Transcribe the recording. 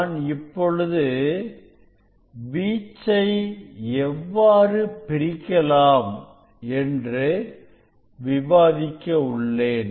நான் இப்பொழுது வீச்சை எவ்வாறு பிரிக்கலாம் என்று விவாதிக்க உள்ளேன்